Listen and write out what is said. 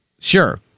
Sure